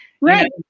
Right